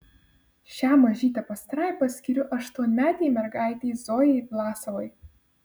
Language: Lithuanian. šią mažytę pastraipą skiriu aštuonmetei mergaitei zojai vlasovai